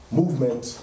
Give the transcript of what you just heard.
movement